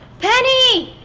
penny!